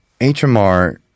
HMR